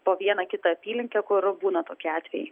po vieną kitą apylinkę kur būna tokie atvejai